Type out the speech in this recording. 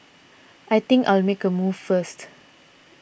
I think I'll make a move first